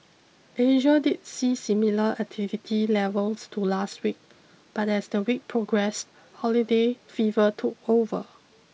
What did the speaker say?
Asia did see similar activity levels to last week but as the week progressed holiday fever took over